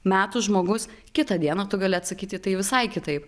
metų žmogus kitą dieną tu gali atsakyt į tai visai kitaip